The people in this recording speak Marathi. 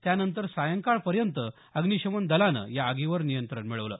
त्यानंतर सायंकाळपर्यंत अग्निशमन दलानं या आगीवर नियंत्रण मिळवलं